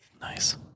Nice